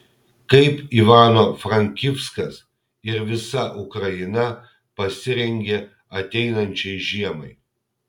kaip ivano frankivskas ir visa ukraina pasirengė ateinančiai žiemai